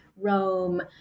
Rome